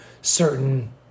certain